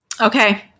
okay